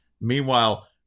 Meanwhile